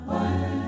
one